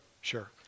Sure